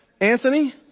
Anthony